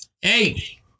hey